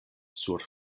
sur